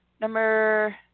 Number